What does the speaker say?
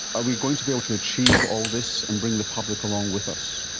are we going to be able to achieve all this and bring the public along with us?